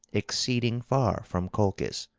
exceeding far from colchis.